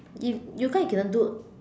if yoga you cannot do